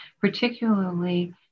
particularly